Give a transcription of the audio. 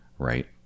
Right